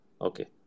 Okay